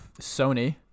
Sony